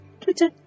Twitter